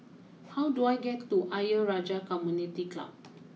how do I get to Ayer Rajah Community Club